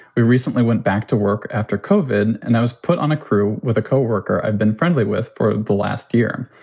we recently went back to work after covid and i was put on a crew with a coworker i've been friendly with for the last year.